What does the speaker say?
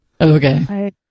Okay